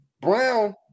Brown